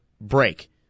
break